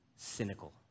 Cynical